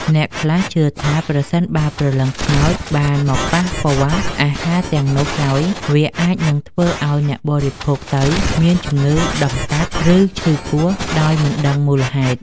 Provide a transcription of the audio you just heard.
អ្នកខ្លះជឿថាប្រសិនបើព្រលឹងខ្មោចបានមកប៉ះពាល់អាហារទាំងនោះហើយវាអាចនឹងធ្វើឱ្យអ្នកបរិភោគទៅមានជំងឺតម្កាត់ ឬឈឺពោះដោយមិនដឹងមូលហេតុ។